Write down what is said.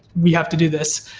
we have to do this,